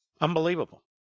Unbelievable